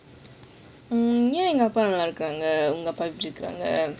mm எங்க அப்பா நல்லா இருக்காங்க உங்க அப்பா எப்படிஇருக்காங்க:enga appa nalla irukkaanga unga appa eppdiirukkaanga